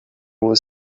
was